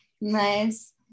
nice